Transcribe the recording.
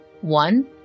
one